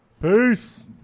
Peace